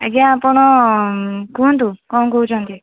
ଆଜ୍ଞା ଆପଣ କୁହନ୍ତୁ କଣ କହୁଛନ୍ତି